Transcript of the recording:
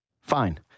Fine